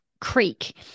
creek